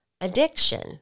addiction